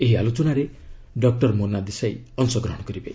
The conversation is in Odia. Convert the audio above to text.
ଏହି ଆଲୋଚନାରେ ଡକ୍ଟର ମୋନା ଦେଶାଇ ଅଂଶଗ୍ରହଣ କରିବେ